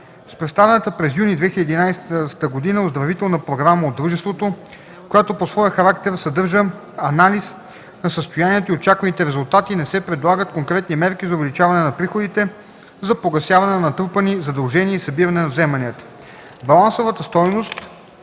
С представената през юни 2011 г. оздравителна програма от дружеството, която по своя характер съдържа анализ на състоянието и очакваните резултати, не се предлагат конкретни мерки за увеличаване на приходите за погасяване на натрупани задължения и събиране на вземанията. Балансовата стойност